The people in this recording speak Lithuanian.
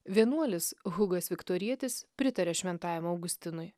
vienuolis hugas viktorietis pritarė šventajam augustinui